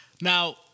Now—